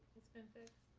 it's been fixed.